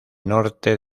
norte